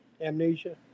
amnesia